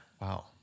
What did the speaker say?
Wow